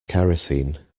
kerosene